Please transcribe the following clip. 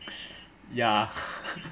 ya